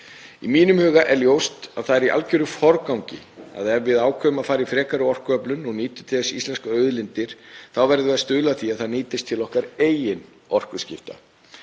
Í mínum huga er ljóst að það er í algerum forgangi að ef við ákveðum að fara í frekari orkuöflun og nýta til þess íslenskar auðlindir þá verðum við að stuðla að því að þær nýtist til okkar eigin orkuskipta.